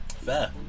Fair